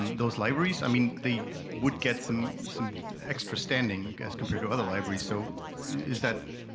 those libraries, i mean, they would get some some extra standing as compared to other libraries, so is that.